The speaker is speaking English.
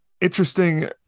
interesting